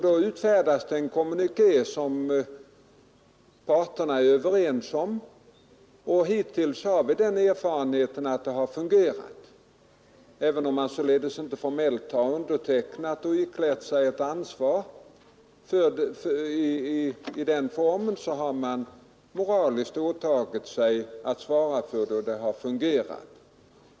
Då utfärdas det en kommuniké som parterna är överens om. Hittills har vi den erfarenheten att det har fungerat. Även om man således inte formellt har undertecknat en överenskommelse och på så sätt iklätt sig ett ansvar, så har man moraliskt åtagit sig att svara för det, och detta har fungerat.